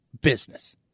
business